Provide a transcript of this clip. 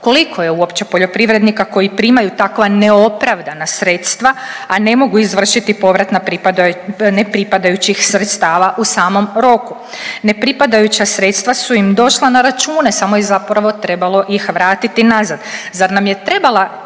Koliko je uopće poljoprivrednika koji primaju takva neopravdana sredstva, a ne mogu izvršiti povrat nepripadajućih sredstava u samom roku. Nepripadajuća sredstva su im došla na račune, samo ih je zapravo trebalo vratiti nazad. Zar nam je trebala